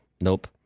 nope